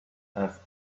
asked